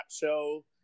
show